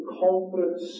confidence